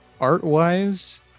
Art-wise